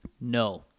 No